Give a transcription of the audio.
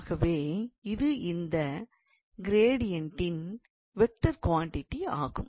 ஆகவே இது இந்த கிரெடியன்ட்டின் வெக்டார் குவாண்டிடி ஆகும்